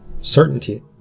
certainty